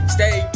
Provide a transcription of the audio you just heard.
Stay